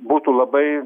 būtų labai